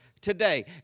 today